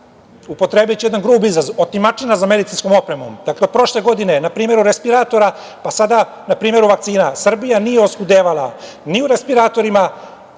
upotrebiću jedan grub izraz, otimačina za medicinskom opremom, dakle, prošle godine, na primer od respiratora, pa sada na primer vakcina, Srbija nije oskudevala ni u respiratorima,